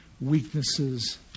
Weaknesses